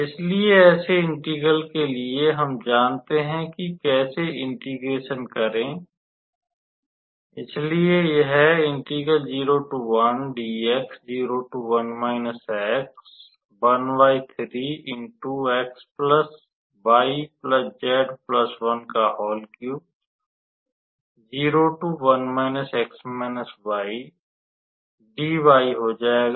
इसलिए ऐसे इंटेगरल के लिए हम जानते हैं कि कैसे इंटेग्रेशन करें इसलिए यह हो जाएगा